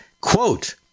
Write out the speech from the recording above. quote